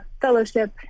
fellowship